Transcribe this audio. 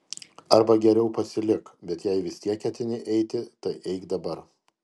arba geriau pasilik bet jei vis tiek ketini eiti tai eik dabar